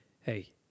hey